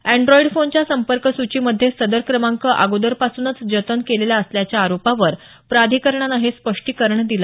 Android फोनच्या संपर्क सूचीमध्ये सदर क्रमांक अगोदरपासून जतन केलेला असल्याच्या आरोपावर प्राधिकरणानं हे स्पष्टीकरण दिलं